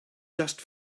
just